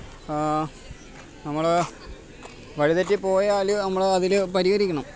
നമ്മൾ വഴിതെറ്റിപ്പോയാൽ നമ്മൾ അതിൽ പരിഹരിക്കണം